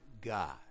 God